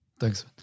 Thanks